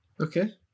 okay